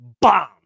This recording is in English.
bomb